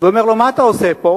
ואומר לו, מה אתה עושה פה?